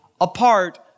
apart